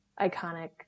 iconic